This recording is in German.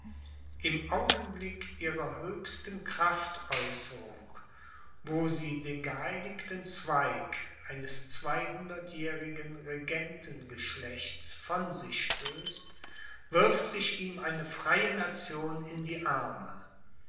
im augenblick ihrer höchsten kraftäußerung wo sie den geheiligten zweig eines zweihundertjährigen regentengeschlechts von sich stößt wirft sich ihm eine freie nation in die arme